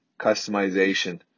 customization